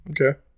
okay